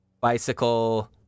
bicycle